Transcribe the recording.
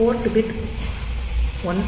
board bit 1